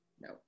no